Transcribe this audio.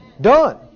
Done